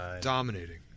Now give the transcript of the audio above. Dominating